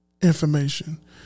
information